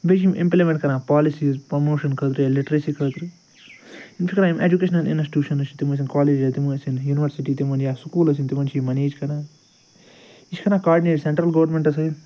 بیٚیہِ چھِ یِم اِمپِلمٮ۪نٛٹ کَران پالِسیٖز پرٛموشن خٲطرٕ یا لِٹریسی خٲطرٕ یِم چھِ کَران یِم ایجُوٗکیٚشنل اِنسٹوٗشنٕز چھِ تِم ٲسِن کالیج یا تِم ٲسِن یونیورسِٹی تِمن یا سکوٗل ٲسِن تِمن چھِ یہِ منیج کَران یہِ چھِ کَران کاڈنیٹ سینٛٹرل گورمٮ۪نٛٹس سۭتۍ